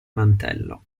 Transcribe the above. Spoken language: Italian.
mantello